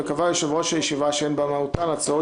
וקבע יושב-ראש הישיבה שהן במהותן הצעות